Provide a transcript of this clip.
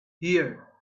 here